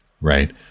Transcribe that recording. right